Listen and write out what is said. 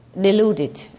deluded